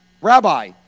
Rabbi